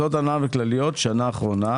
הוצאות הנהלה וכלליות, שנה אחרונה.